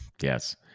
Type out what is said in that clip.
Yes